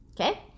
Okay